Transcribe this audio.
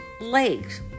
legs